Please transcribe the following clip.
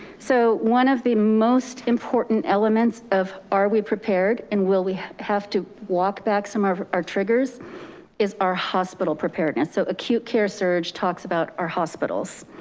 so one of the most important elements of are we prepared and will we have to walk back some of our triggers is our hospital preparedness. so acute care surge talks about our hospitals.